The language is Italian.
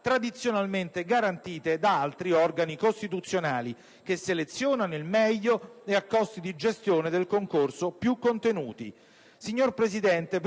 tradizionalmente garantite da altri organi costituzionali, che selezionano il meglio e a costi di gestione dei concorsi più contenuti. Signor Presidente,